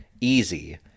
easy